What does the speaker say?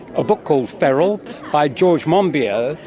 a book called feral by george monbiot,